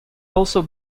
also